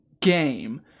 game